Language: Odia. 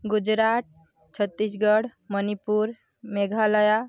ଗୁଜୁରାଟ ଛତିଶଗଡ଼ ମଣିପୁର ମେଘାଳୟ